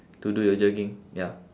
to do your jogging ya